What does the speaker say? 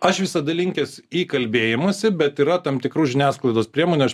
aš visada linkęs į kalbėjimąsi bet yra tam tikrų žiniasklaidos priemonių aš